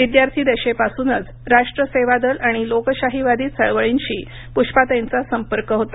विद्यार्थिदशेपासूनच राष्ट्र सेवा दल आणि लोकशाहीवादी चळवळींशी पुष्पाताईंचा संपर्क होता